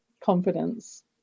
confidence